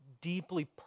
deeply